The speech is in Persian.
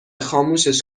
خاموشش